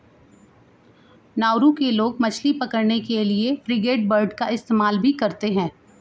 Nauru के लोग मछली पकड़ने के लिए फ्रिगेटबर्ड का इस्तेमाल भी करते हैं